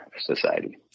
society